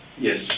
Yes